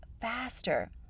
faster